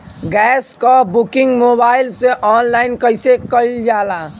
Gas क booking mobile से online कईसे कईल जाला?